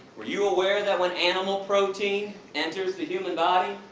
are you aware that when animal protein enters the human body,